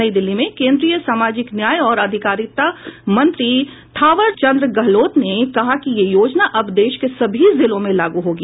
नई दिल्ली में केंद्रीय सामाजिक न्याय और अधिकारिता मंत्री थावरचंद गहलोत ने कहा कि ये योजना अब देश के सभी जिलों में लागू होगी